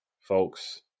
folks